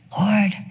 Lord